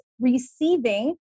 receiving